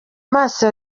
maso